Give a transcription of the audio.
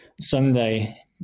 Sunday